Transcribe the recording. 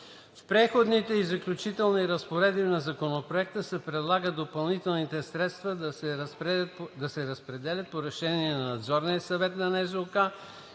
С Преходните и заключителните разпоредби на Законопроекта се предлага допълнителните средства да се разпределят по решение на Надзорния съвет на НЗОК,